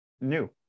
new